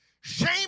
Shame